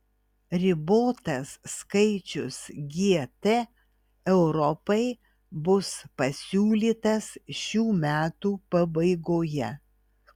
ribotas skaičius gt europai bus pasiūlytas šių metų pabaigoje